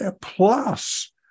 Plus